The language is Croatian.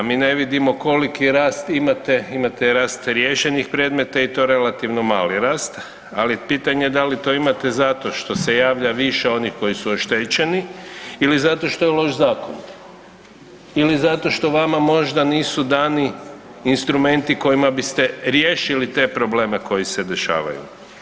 Mi ne vidimo koliki rast imate, imate rast riješenih i to relativno mali rast, ali pitanje je da li to imate zato što se javlja više onih koji su oštećeni ili zato što je loš zakon ili zato što vama možda nisu dani instrumenti kojima biste riješili te probleme koji se dešavaju?